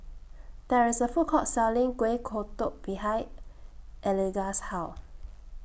There IS A Food Court Selling Kueh Kodok behind Eligah's House